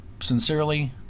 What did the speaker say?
sincerely